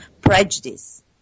prejudice